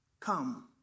Come